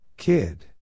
Kid